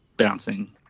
bouncing